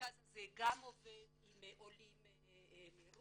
המרכז הזה גם עובד עם עולים מרוסיה,